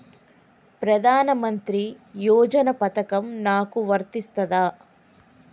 ప్రధానమంత్రి యోజన పథకం నాకు వర్తిస్తదా?